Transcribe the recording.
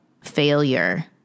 failure